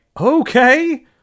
okay